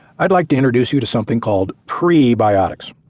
i'd like to introduce you to something called prebiotics.